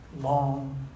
long